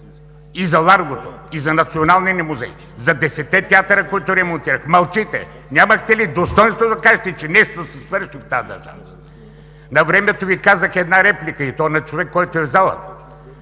и за Ларгото, и за Националния ни музей, и за десетте театъра, които ремонтирах?! Мълчите. Нямате ли достойнство да кажете, че нещо се свърши в тази държава?! Навремето Ви казах една реплика, и то на човек, който е в залата: